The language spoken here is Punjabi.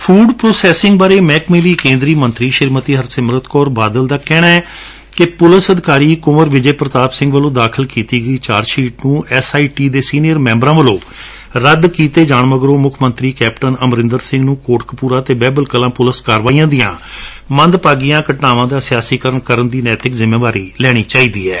ਫੁਡ ਪ੍ਰੋਸੈਸਿੰਗ ਬਾਰੇ ਮਹਿਕਮੇ ਲਈ ਕੇਂਦਰੀ ਮੰਤਰੀ ਸ੍ਰੀਮਤੀ ਹਰਸਿਮਰਤ ਕੌਰ ਬਾਦਲ ਦਾ ਕਹਿਣੈ ਕਿ ਪੁਲਿਸ ਅਧਿਕਾਰੀ ਕੁੰਵਰ ਵਿਜੇ ਪੁਤਾਪ ਸਿੰਘ ਵੱਲੋਂ ਦਾਖਲ ਕੀਤੀ ਗਈ ਚਾਰਜਸ਼ੀਟ ਨੁੰ ਐਸ ਆਈ ਟੀ ਦੇ ਸੀਨੀਅਰ ਮੈਂਬਰਾਂ ਵੱਲੋਂ ਰੱਦ ਕੀਤੇ ਜਾਣ ਮਗਰੋਂ ਮੁੱਖ ਮੰਤਰੀ ਕੈਪਟਨ ਅਮਰਿੰਦਰ ਸਿੰਘ ਨੂੰ ਕੋਟਕਪੁਰਾ ਅਤੇ ਬਹਿਬਲ ਕਲਾਂ ਪੁਲਿਸ ਕਾਰਵਾਈਆਂ ਦੀਆਂ ਮੰਦਭਾਗੀਆਂ ਘਟਨਾਵਾਂ ਦਾ ਸਿਆਸੀਕਰਨ ਕਰਨ ਦਾ ਨੈਤਿਕ ਜ਼ਿੰਮੇਵਾਰੀ ਲੈਣੀ ਚਾਹੀਦੀ ਏ